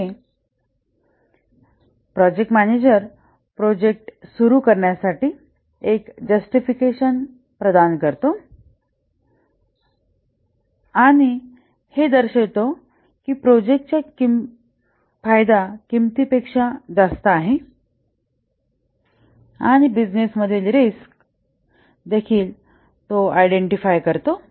येथे project manager project सुरू करण्यासाठी एक जस्टिफिकेशन प्रदान करतो आणि हे दर्शवितो की प्रोजेक्टचा फायदा किंमतीपेक्षा जास्त आहे आणि बिझनेसमधील रिस्क देखील तो ओळखतो